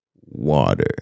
water